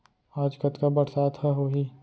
आज कतका बरसात ह होही?